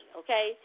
okay